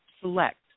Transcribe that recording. select